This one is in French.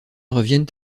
reviennent